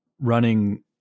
running